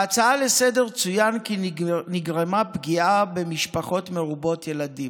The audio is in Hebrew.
בהצעה לסדר-היום צוין כי נגרמה פגיעה במשפחות מרובות ילדים.